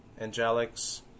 angelics